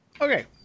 Okay